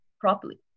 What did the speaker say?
properly